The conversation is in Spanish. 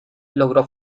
logró